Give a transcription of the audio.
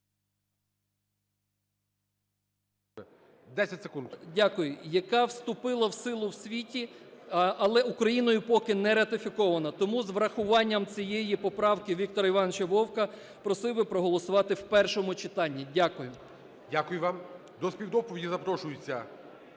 Дякую. … яка вступила в силу в світі, але Україною поки не ратифікована. Тому, з врахуванням цієї поправки Віктора Івановича Вовка просив би проголосувати в першому читанні. Дякую. ГОЛОВУЮЧИЙ. Дякую вам. До співдоповіді запрошується